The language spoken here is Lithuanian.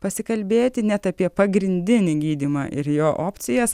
pasikalbėti net apie pagrindinį gydymą ir jo opcijas